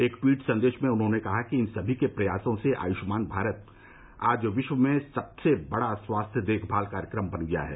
एक ट्वीट संदेश में उन्होंने कहा कि इन सभी के प्रयासों से आयुष्मान भारत आज विश्व में सबसे बड़ा स्वास्थ देखभाल कार्यक्रम बन गया है